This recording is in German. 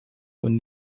und